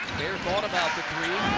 fair thought about the three.